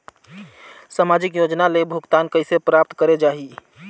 समाजिक योजना ले भुगतान कइसे प्राप्त करे जाहि?